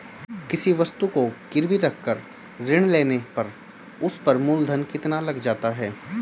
किसी वस्तु को गिरवी रख कर ऋण लेने पर उस पर मूलधन कितना लग जाता है?